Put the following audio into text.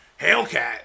Hellcat